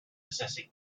possessing